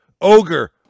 ogre